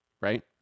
Right